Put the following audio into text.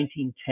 1910